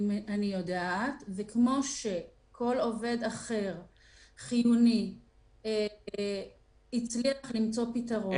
כמו כל עובד חיוני אחר שהצליח למצוא פתרון.